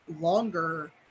longer